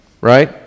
right